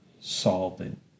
solving